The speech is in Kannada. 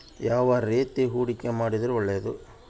ಯಾವ ರೇತಿ ಹೂಡಿಕೆ ಮಾಡಿದ್ರೆ ಒಳ್ಳೆಯದು?